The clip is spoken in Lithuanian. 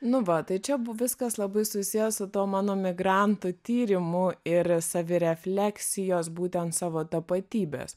nu va tai čia buv viskas labai susiję su tuo mano migrantų tyrimu ir savirefleksijos būtent savo tapatybės